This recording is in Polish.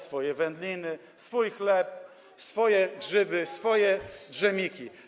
swoje wędliny, swój chleb, swoje grzyby, swoje dżemiki.